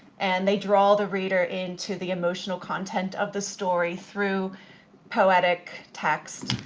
and they draw the reader into the emotional content of the story through poetic texts.